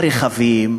הרכבים,